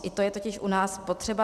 I to je totiž u nás potřeba.